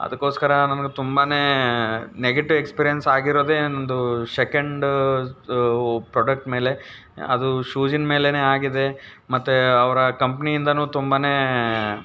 ಅದಕ್ಕೋಸ್ಕರ ನನಗೆ ತುಂಬಾ ನೆಗೆಟಿವ್ ಎಕ್ಸ್ಪೀರಿಯನ್ಸ್ ಆಗಿರೋದೆ ನನ್ನದು ಶೆಕೆಂಡ ಪ್ರಾಡಕ್ಟ್ ಮೇಲೆ ಅದು ಶೂಸಿನ ಮೇಲೆಯೇ ಆಗಿದೆ ಮತ್ತು ಅವರ ಕಂಪ್ನಿಯಿಂದಲೂ ತುಂಬಾ